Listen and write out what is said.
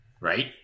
Right